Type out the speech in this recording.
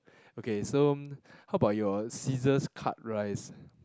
okay so how about your scissors cut rice